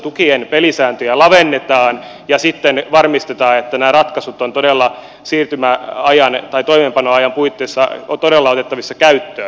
valtiontukien pelisääntöjä lavennetaan ja sitten varmistetaan että nämä ratkaisut ovat todella toimeenpanoajan puitteissa otettavissa käyttöön